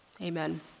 Amen